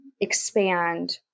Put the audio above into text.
expand